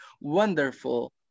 wonderful